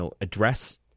address